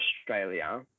Australia